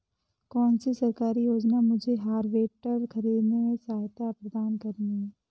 कौन सी सरकारी योजना मुझे हार्वेस्टर ख़रीदने में सहायता प्रदान करेगी?